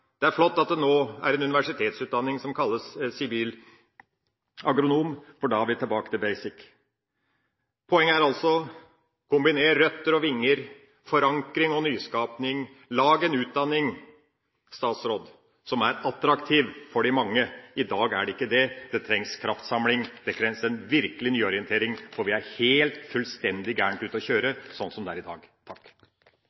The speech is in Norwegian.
Det er flott at det nå er en universitetsutdanning som kalles sivilagronom, for da er vi tilbake til «basic». Poenget er altså: Kombiner røtter og vinger, forankring og nyskaping! Lag en utdanning som er attraktiv for de mange! I dag er det ikke slik. Det trengs kraftsamling, det trengs en nyorientering, for vi er fullstendig galt ute og kjøre